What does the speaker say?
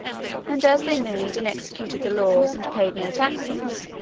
and as they made and executed the laws, and paid no taxes,